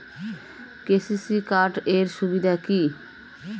KCC card এর সুবিধা কি?